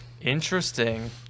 Interesting